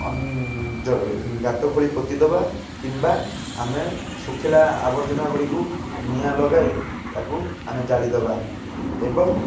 ଗାତ ଖୋଳି ପୋତିଦବା କିମ୍ବା ଆମେ ଶୁଖିଲା ଆବର୍ଜନା ଗୁଡ଼ିକୁ ନିଆଁ ଲଗାଇ ତାକୁ ଆମେ ଜାଳିଦେବା ଏବଂ